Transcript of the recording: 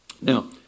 Now